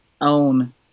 own